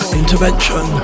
intervention